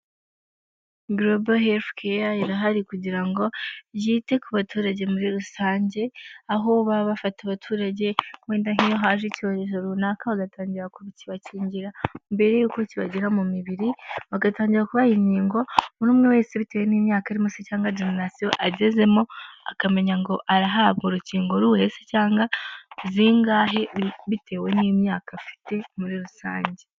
Global health care irahari kugira ngo yite ku baturage muri rusange aho baba bafata abaturage wenda nkiyo haje icyorezo runaka bagatangira kulbakingira mbere y'uko kibagera mu mibiri bagatangira kubaha inkingo lumwe wese bitewe n'imyaka arimo se cyangwa jenerasiyo agezemo akamenya ngo arahabwa urukingo ruhe se cyangwa zingahe bitewe n'imyaka afite muri rusange.